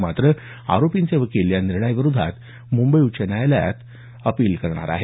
मात्र आरोपींचे वकील या निर्णयाविरोधात मुंबई उच्च न्यायालयात अपील करणार आहेत